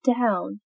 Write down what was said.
down